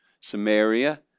Samaria